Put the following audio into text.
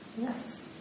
Yes